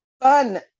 fun